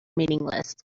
meaningless